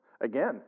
Again